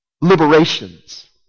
liberations